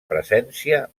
presència